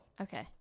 Okay